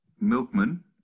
milkman